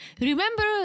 Remember